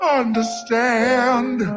understand